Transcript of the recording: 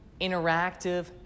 interactive